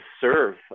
serve